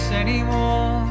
anymore